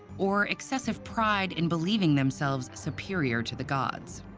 or excessive pride in believing themselves superior to the gods.